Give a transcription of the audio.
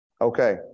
Okay